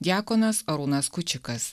diakonas arūnas kučikas